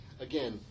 again